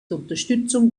unterstützung